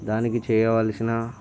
దానికి చేయవలసిన